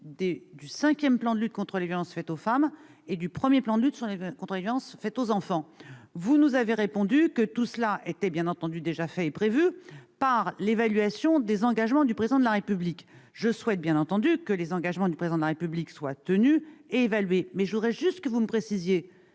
du cinquième plan de lutte contre les violences faites aux femmes et du premier plan de lutte contre les violences faites aux enfants. Vous nous avez répondu que ce suivi était bien entendu déjà prévu dans le cadre de l'évaluation des engagements du Président de la République. Je souhaite naturellement que les engagements du Président de la République soient tenus et évalués, mais pourriez-vous me confirmer